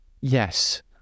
Yes